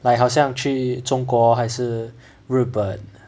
like 好像去中国还是日本